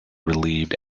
relieved